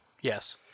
Yes